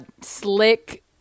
slick